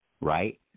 right